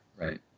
right